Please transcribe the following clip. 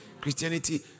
Christianity